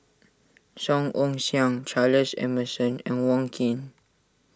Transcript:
Song Ong Siang Charles Emmerson and Wong Keen